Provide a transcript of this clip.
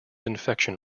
infection